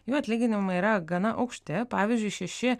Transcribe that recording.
jų atlyginimai yra gana aukšti pavyzdžiui šeši